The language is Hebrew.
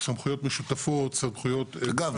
סמכויות משותפות- -- אגב,